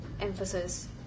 emphasis